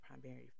primary